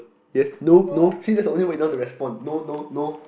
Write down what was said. yes no no see that's the only way you know how to respond no no no